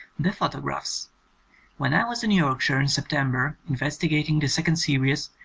the photographs when i was in yorkshire in september investigating the second series,